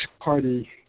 party